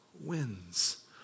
wins